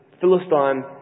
Philistine